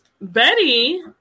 Betty